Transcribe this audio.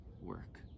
work